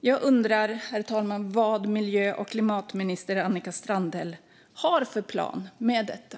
Jag undrar, herr talman, vad miljö och klimatminister Annika Strandhäll har för plan för detta.